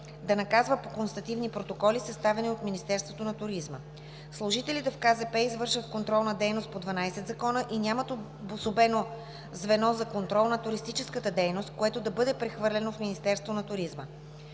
да наказва по констативни протоколи, съставени от Министерството на туризма. Служителите в Комисията за защита на потребителите извършват контролна дейност по 12 закона и няма обособено звено за контрол на туристическата дейност, което да бъде прехвърлено в Министерство на туризма.